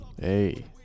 Hey